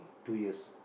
two years